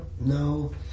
No